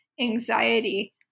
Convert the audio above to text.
anxiety